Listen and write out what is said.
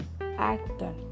actor